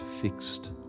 fixed